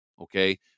Okay